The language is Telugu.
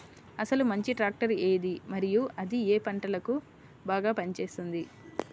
అసలు మంచి ట్రాక్టర్ ఏది మరియు అది ఏ ఏ పంటలకు బాగా పని చేస్తుంది?